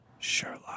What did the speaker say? Sherlock